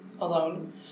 alone